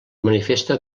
manifesta